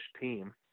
team